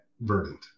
verdant